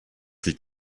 viel